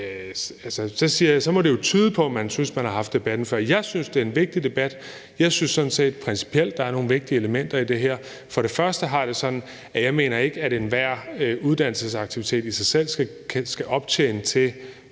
må det jo tyde på, at man synes, at man har haft debatten før. Jeg synes, det er en vigtig debat. Jeg synes sådan set principielt, der er nogle vigtige elementer i det her. Jeg har det sådan, at jeg ikke mener, at enhver uddannelsesaktivitet i sig selv skal kunne